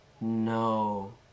No